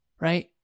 right